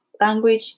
language